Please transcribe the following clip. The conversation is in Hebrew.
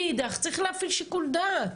מאידך, צריך להפעיל שיקול דעת.